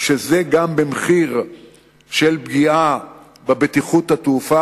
שזה גם במחיר של פגיעה בבטיחות התעופה,